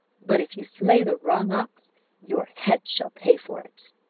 but if you slay the wrong ox your head shall pay for it